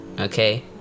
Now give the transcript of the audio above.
okay